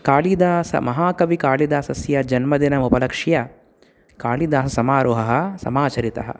कालिदास महाकविकालिदासस्य जन्मदिनमुपलक्ष्य कालिदाससमारोहः समाचरितः